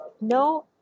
no